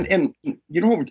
and and you know,